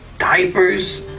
diapers?